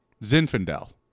Zinfandel